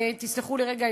ותסלחו לי רגע,